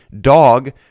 dog